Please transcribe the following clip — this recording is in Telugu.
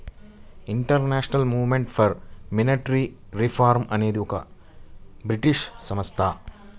international movement for monetary reform అనేది ఒక బ్రిటీష్ సంస్థ